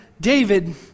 David